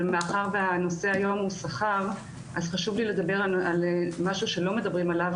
אבל מאחר והנושא היום הוא שכר אז חשוב לי לדבר על משהו שלא מדברים עליו,